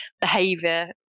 behavior